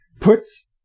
puts